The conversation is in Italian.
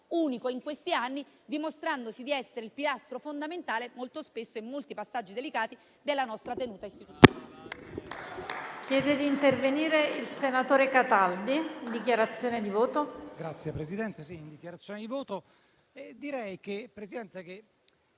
unico in questi anni, dimostrandosi di essere un pilastro fondamentale, molto spesso in molti passaggi delicati della nostra tenuta istituzionale.